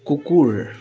কুকুৰ